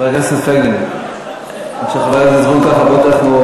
חבר הכנסת זבולון קלפה, הזמן של כולם